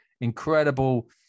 incredible